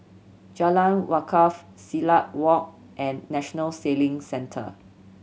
Jalan Wakaff Silat Walk and National Sailing Centre